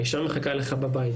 האישה מחכה לך בבית,